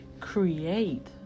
create